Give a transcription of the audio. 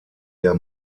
der